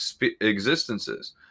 existences